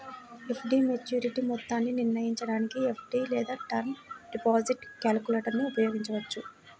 FD maturity మొత్తాన్ని నిర్ణయించడానికి FD లేదా టర్మ్ డిపాజిట్ క్యాలిక్యులేటర్ను ఉపయోగించవచ్చు